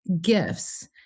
gifts